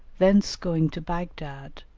thence going to baghdad,